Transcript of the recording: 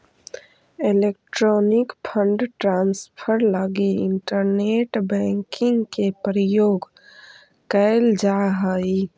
electronic fund transfer लगी internet banking के प्रयोग कैल जा हइ